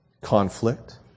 conflict